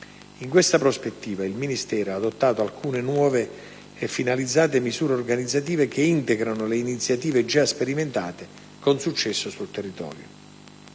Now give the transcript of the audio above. In questa prospettiva il Ministero ha adottato alcune nuove e finalizzate misure organizzative che integrano le iniziative già sperimentate con successo sul territorio.